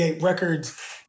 records